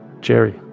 Jerry